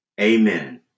amen